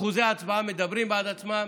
אחוזי ההצבעה מדברים בעד עצמם.